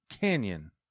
Canyon